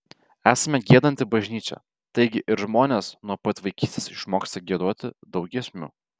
esame giedanti bažnyčia taigi ir žmonės nuo pat vaikystės išmoksta giedoti daug giesmių